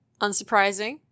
Unsurprising